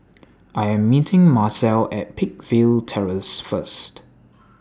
I Am meeting Marcel At Peakville Terrace First